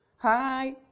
Hi